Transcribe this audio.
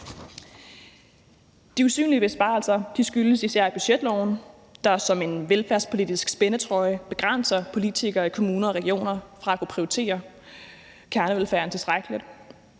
De usynlige besparelser skyldes især budgetloven, der som en velfærdspolitisk spændetrøje begrænser politikere i kommuner og regioner i at kunne prioritere kernevelfærden tilstrækkeligt.